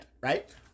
right